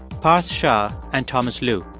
parth shah and thomas lu.